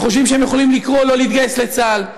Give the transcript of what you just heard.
שחושבים שהם יכולים לקרוא לא להתגייס לצה"ל.